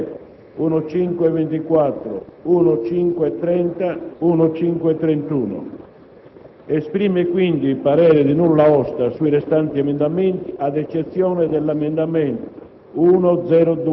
1.539, 1.540, 1.544 e 1.0.4. Esprime, altresì, parere contrario sugli emendamenti